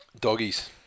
Doggies